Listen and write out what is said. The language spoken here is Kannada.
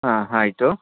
ಆಂ ಆಯ್ತು